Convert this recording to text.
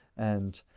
and,